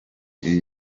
iyi